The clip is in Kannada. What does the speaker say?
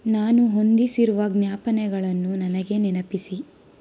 ನಾನು ಹೊಂದಿಸಿರುವ ಜ್ಞಾಪನೆಗಳನ್ನು ನನಗೆ ನೆನಪಿಸಿ